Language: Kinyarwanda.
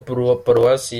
paruwasi